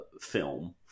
film